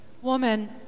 Woman